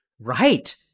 Right